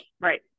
Right